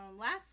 last